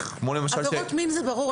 כמו למשל --- עבירות מין זה ברור,